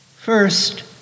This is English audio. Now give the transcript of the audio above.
First